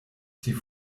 die